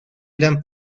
eran